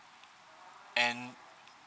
and